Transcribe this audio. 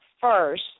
first